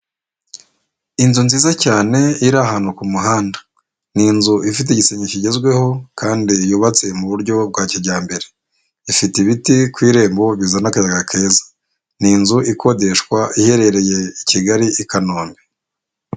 Inzu nziza cyane iri ahantu ku muhanda, ni inzu ifite igisenge kigezweho, kandi yubatse mu buryo bwa kijyambere, ifite ibiti ku irembo bizana akayaga keza, ni inzu ikodeshwa iherereye i Kigali, i Kanombe.